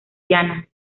llana